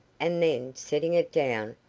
and then, setting it down,